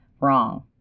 wrong